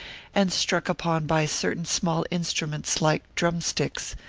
and struck upon by certain small instruments like drum-sticks,